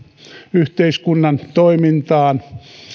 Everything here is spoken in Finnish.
yhteiskunnan toimintaan